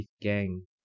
gang